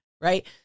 Right